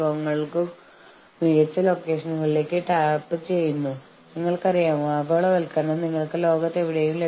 മറ്റ് ചർച്ചക്കാരുടെ നിർദ്ദേശങ്ങളോട് വഴക്കമുള്ള പ്രതികരണങ്ങൾ വികസിപ്പിക്കുക